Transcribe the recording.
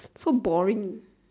so boring